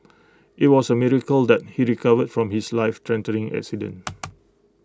IT was A miracle that he recovered from his lifethreatening accident